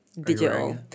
digital